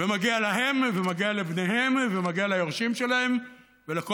ומגיע להם ומגיע לבניהם ומגיע ליורשים שלהם ולכל